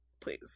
Please